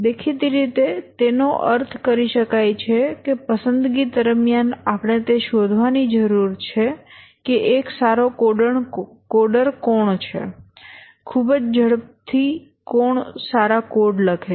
દેખીતી રીતે તેનો અર્થ કરી શકાય છે કે પસંદગી દરમિયાન આપણે તે શોધવાની જરૂર છે કે એક સારો કોડર કોણ છે ખૂબ જ ઝડપથી કોણ સારા કોડ લખે છે